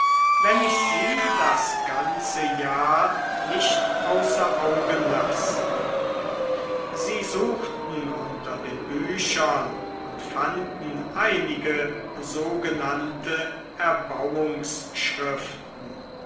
wenn ich sie das ganze jahr nicht außer augen lasse sie suchten unter den büchern und fanden einige sogenannte